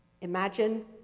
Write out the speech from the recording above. imagine